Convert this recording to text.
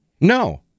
No